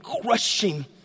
crushing